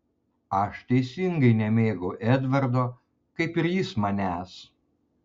aš teisingai nemėgau edvardo kaip ir jis manęs